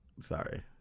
Sorry